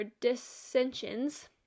dissensions